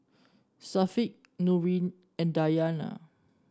Syafiq Nurin and Dayana